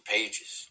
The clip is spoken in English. Pages